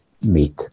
meet